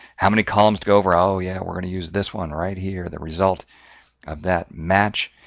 how many columns to go over, oh yeah, we're going to use this one right here, the result of that match.